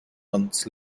months